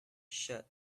shirt